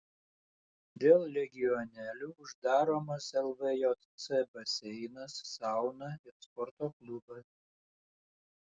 dėl legionelių uždaromas lvjc baseinas sauna ir sporto klubas